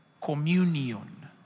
communion